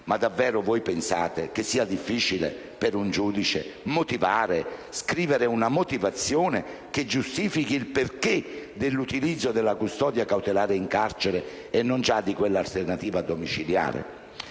Ma davvero pensate che sia difficile per un giudice motivare e scrivere una motivazione che giustifichi il perché dell'utilizzo della custodia cautelare in carcere e non già di quella alternativa domiciliare?